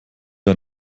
wir